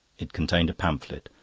it contained a pamphlet,